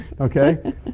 Okay